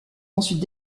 ensuite